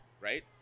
right